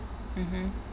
mmhmm